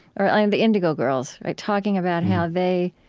ah um the indigo girls talking about how they